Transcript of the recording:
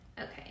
Okay